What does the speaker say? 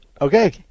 Okay